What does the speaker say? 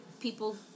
people